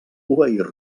obeir